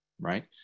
right